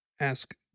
ask